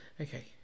Okay